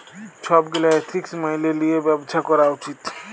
ছব গীলা এথিক্স ম্যাইলে লিঁয়ে ব্যবছা ক্যরা উচিত